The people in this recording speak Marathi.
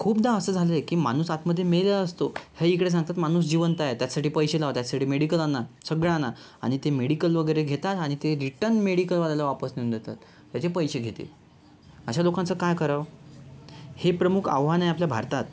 खूपदा असं झालं आहे की माणूस आतमध्ये मेलेला असतो हे इकडे सांगतात माणूस जिवंत आहे त्याच्यासाठी पैसे लावा त्यासाठी मेडिकल आणा सगळं आणा आणि ते मेडिकल वगैरे घेतात आणि ते रिटन मेडिकलवाल्याला वापस नेऊन देतात ह्याचे पैसे घेते अशा लोकांचं काय करावं हे प्रमुख आव्हान आहे आपल्या भारतात